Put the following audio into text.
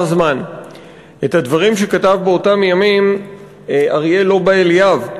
זמן את הדברים שכתב באותם ימים אריה לובה אליאב.